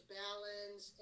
balance